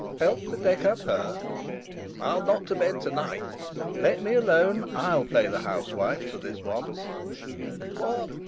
help to deck up her i'll not to bed to-night let me alone i'll play the housewife for this once what,